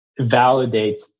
validates